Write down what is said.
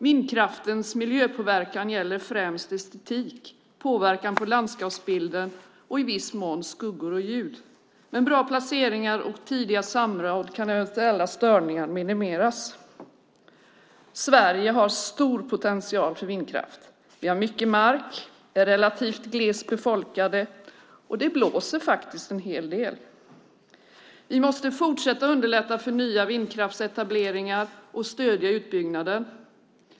Vindkraftens miljöpåverkan gäller främst estetik. Det är påverkan på landskapsbilden och i viss mån skuggor och ljud. Med bra placeringar och tidiga samråd kan eventuella störningar dock minimeras. Sverige har stor potential för vindkraft. Vi har mycket mark, landet är relativt glest befolkat och det blåser faktiskt en hel del. Vi måste fortsätta underlätta för nya vindkraftsetableringar och stödja utbyggnaden.